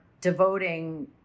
devoting